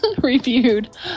reviewed